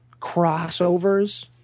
crossovers